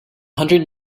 hundred